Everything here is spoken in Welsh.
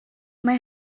mae